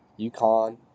UConn